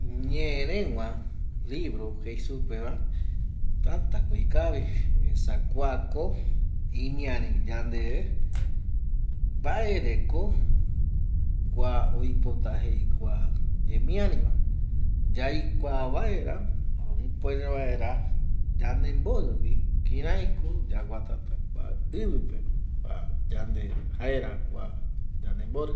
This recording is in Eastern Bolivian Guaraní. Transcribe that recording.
Ñee rëgua libro jei supeva tatako ikavi esa kuako imiari yande mbaereko kua oipota jei kua ñemiariva, yaikua vaera jare ipuere vaera yande mborivi kiraiko yaguatata kua ivipeva yandeve jaera kua yande mbori